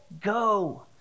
go